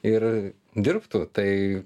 ir dirbtų tai